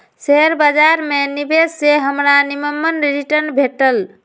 share बाजार में निवेश से हमरा निम्मन रिटर्न भेटल